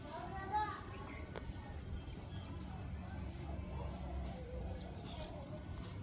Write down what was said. ಸರ್ಕಾರದವರು ನಮ್ಮಂಥ ಬಡವರಿಗಾಗಿ ಕೆಲವು ವಿಮಾ ಯೋಜನೆಗಳನ್ನ ಮಾಡ್ತಾರಂತೆ ಏನಾದರೂ ಮಾಹಿತಿ ಇದ್ದರೆ ಹೇಳ್ತೇರಾ?